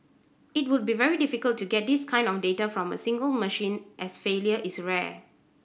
it would be very difficult to get this kind of data from a single machine as failure is rare